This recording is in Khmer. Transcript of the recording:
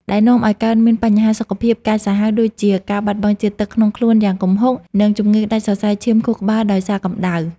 ដែលនាំឱ្យកើតមានបញ្ហាសុខភាពកាចសាហាវដូចជា ការបាត់បង់ជាតិទឹកក្នុងខ្លួនយ៉ាងគំហុក និងជំងឺដាច់សរសៃឈាមខួរក្បាលដោយសារកម្ដៅ។